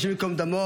השם ייקום דמו,